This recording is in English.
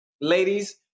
ladies